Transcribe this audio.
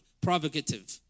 provocative